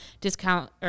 Discount